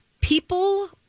people